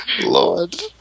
Lord